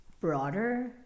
broader